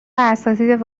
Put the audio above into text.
اساتید